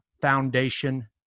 Foundation